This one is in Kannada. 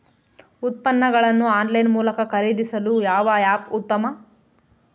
ಉತ್ಪನ್ನಗಳನ್ನು ಆನ್ಲೈನ್ ಮೂಲಕ ಖರೇದಿಸಲು ಯಾವ ಆ್ಯಪ್ ಉತ್ತಮ?